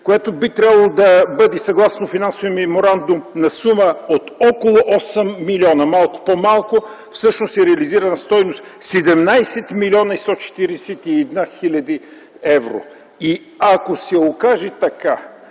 която би трябвало да бъде, съгласно финансовия меморандум, на сума от около 8 милиона, малко по-малко, всъщност се реализира на стойност 17 млн. 141 хил. евро. И ако се окаже така,